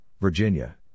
Virginia